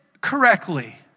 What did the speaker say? correctly